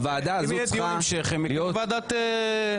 ואם יהיה דיון המשך הם יקימו ועדה משותפת.